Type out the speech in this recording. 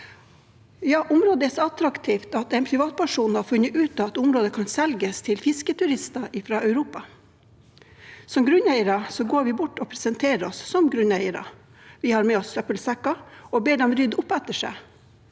der. Området er så attraktivt at en privatperson har funnet ut at området kan selges til fisketurister fra Europa. Som grunneiere går vi bort og presenterer oss som grunneiere. Vi har med oss søppelsekker og ber dem rydde opp etter seg.